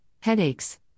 headaches